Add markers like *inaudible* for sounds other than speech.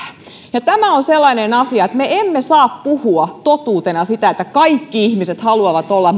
ja tämä on sellainen asia että me emme saa puhua totuutena sitä että kaikki ihmiset haluavat olla *unintelligible*